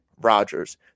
Rodgers